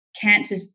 Cancer